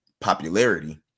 popularity